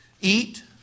Eat